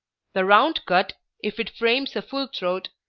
the round cut, if it frames a full throat,